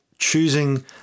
choosing